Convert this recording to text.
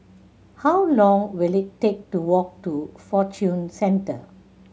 how long will it take to walk to Fortune Centre